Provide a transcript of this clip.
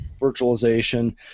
virtualization